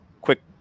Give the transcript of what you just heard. quick